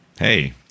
Hey